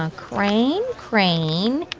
um crane, crane,